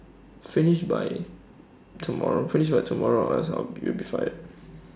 finish by tomorrow finish by tomorrow or else you'll be fired